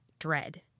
dread